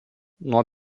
nuo